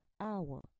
hour